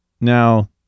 Now